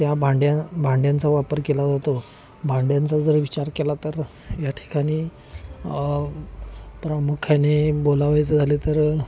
त्या भांड्यां भांड्यांचा वापर केला जातो भांड्यांचा जर विचार केला तर या ठिकाणी प्रामुख्याने बोलावयाचं झाले तर